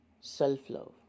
self-love